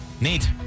Neat